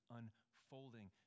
unfolding